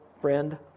friend